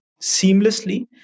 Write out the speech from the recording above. seamlessly